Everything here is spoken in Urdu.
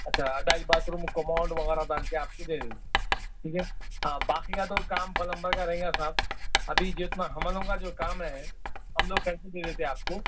اچھا اٹیچ باتھ روم کموڈ وغیرہ ڈال کے آپ کو دے دیں گے ٹھیک ہے ہاں باقی کا تو کام پلمبر کا رہیں گا صاحب ابھی جنتا ہم لوگوں کا جو کام ہے ہم لوگ کر کے دے دیتے آپ کو